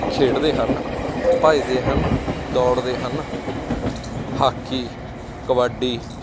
ਖੇਡਦੇ ਹਨ ਭੱਜਦੇ ਹਨ ਦੌੜਦੇ ਹਨ ਹਾਕੀ ਕਬੱਡੀ